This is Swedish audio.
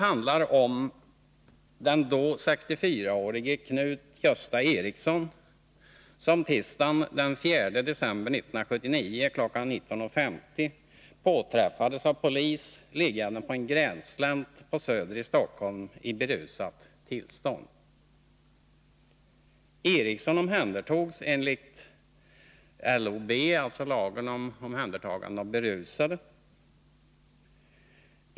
4 december 1979 kl. 19.50 påträffades av polis liggande på en grässlänt på Nr 18 Söder i Stockholm i berusat tillstånd. Eriksson omhändertogs enligt LOB, alltså lagen om omhändertagande av berusade.